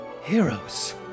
heroes